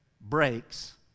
breaks